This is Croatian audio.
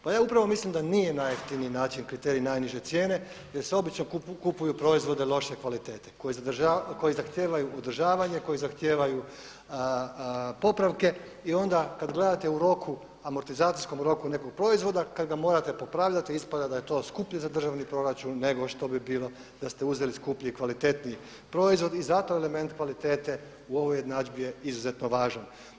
Pa ja upravo mislim da nije najjeftiniji način kriterij najniže cijene jer se obično kupuju proizvode loše kvalitete koji zahtijevaju održavanje, koji zahtijevaju popravke i onda kada gledate u roku, amortizacijsko roku nekog proizvoda kada ga morate popravljati ispada da je to skuplje za državni proračun nego što bi bilo da ste uzeli skuplji i kvalitetniji proizvod i zato element kvalitete u ovoj jednadžbi je izuzetno važan.